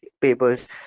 papers